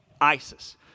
ISIS